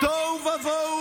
למה אתה לא אומר כלום?